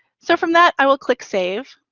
so from that, i will click save,